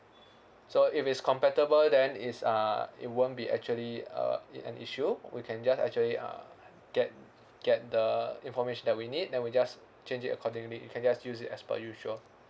so if it's compatible then is uh it won't be actually a it an issue we can just actually uh get get the information that we need then we just change it accordingly you can just use it as per usual